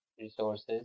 resources